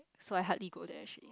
so I hardly go there actually